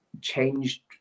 changed